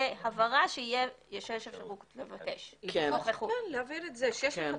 הבהרה שיש אפשרות לבקש נוכחות פיזית בדיון.